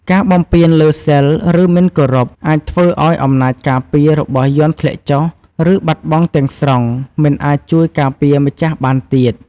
ការបំពានលើ សីល ឬ មិនគោរព អាចធ្វើឲ្យអំណាចការពាររបស់យន្តធ្លាក់ចុះ ឬបាត់បង់ទាំងស្រុង មិនអាចជួយការពារម្ចាស់បានទៀត។